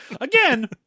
Again